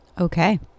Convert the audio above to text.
Okay